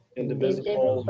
indivisible,